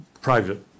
private